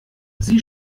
sie